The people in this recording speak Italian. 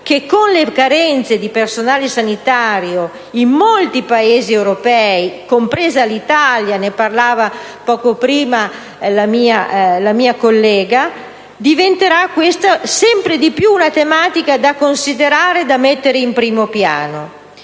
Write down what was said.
che, con le carenze di personale sanitario in molti Paesi europei, compresa l'Italia (ne parlava poco fa la senatrice Biondelli), diventerà sempre di più una tematica da considerare e da mettere in primo piano,